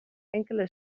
enkele